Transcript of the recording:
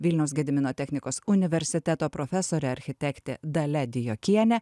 vilniaus gedimino technikos universiteto profesorė architektė dalia dijokienė